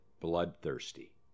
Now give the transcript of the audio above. bloodthirsty